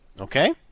Okay